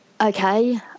Okay